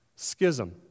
Schism